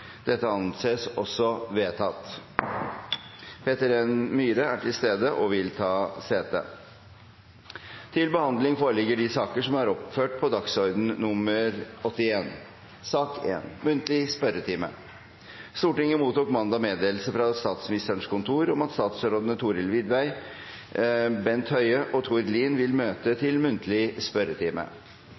Peter N. Myhre er til stede og vil ta sete. Stortinget mottok mandag meddelelse fra Statsministerens kontor om at statsrådene Thorhild Widvey, Bent Høie og Tord Lien vil møte til muntlig spørretime.